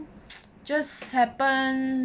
just happen